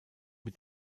mit